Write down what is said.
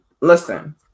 Listen